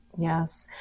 Yes